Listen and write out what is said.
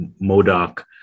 Modoc